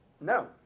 No